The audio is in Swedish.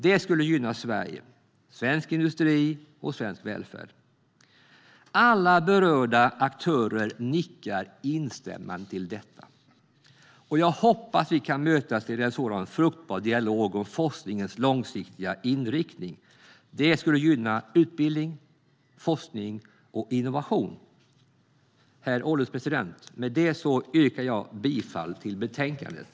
Det skulle gynna Sverige, svensk industri och svensk välfärd. Alla berörda aktörer nickar instämmande åt detta. Jag hoppas att vi kan mötas till en sådan fruktbar dialog om forskningens långsiktiga inriktning. Det skulle gynna utbildning, forskning och innovation. Herr ålderspresident! Jag yrkar bifall till förslaget i betänkandet.